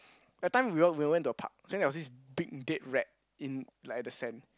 that time we all we all went to a park then there was this big dead rat in like the sand